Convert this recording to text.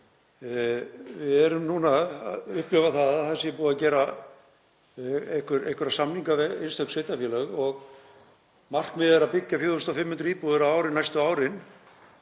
Við erum núna að upplifa að það sé búið að gera einhverja samninga við einstök sveitarfélög og markmiðið er að byggja 4.500 íbúðir á ári næstu árin.